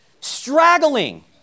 straggling